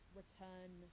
return